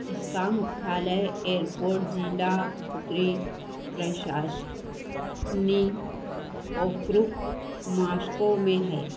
इसका मुख्यालय एयरपोर्ट ज़िला उत्तरी प्रशासनिक मास्को में है